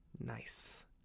nice